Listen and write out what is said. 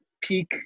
peak